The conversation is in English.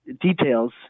details